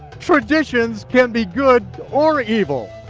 traditions can be good or evil,